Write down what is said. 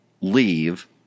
leave